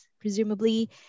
presumably